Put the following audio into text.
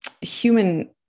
human